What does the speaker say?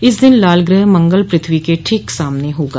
इस दिन लाल ग्रह मंगल पृथ्वी के ठीक सामने होगा